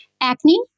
acne